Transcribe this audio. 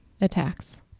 attacks